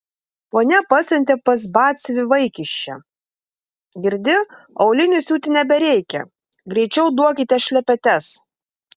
ponia pasiuntė pas batsiuvį vaikiščią girdi aulinių siūti nebereikia greičiau duokite šlepetes